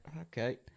okay